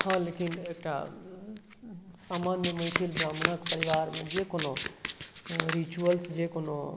हँ लेकिन एकटा सामान्य मैथिल ब्राह्मणक परिवारमे जे कोनो रिचुअल्स जे कोनो